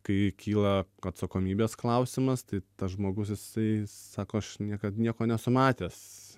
kai kyla atsakomybės klausimas tai tas žmogus jisai sako aš niekad nieko nesu matęs